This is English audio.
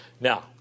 Now